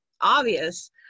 obvious